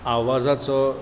आवाजाचो